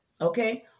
okay